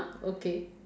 okay